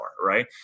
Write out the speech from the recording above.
right